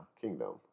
Kingdom